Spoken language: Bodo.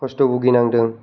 खस्थ' बुगिनांदों